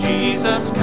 Jesus